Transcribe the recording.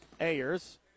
Ayers